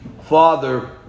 father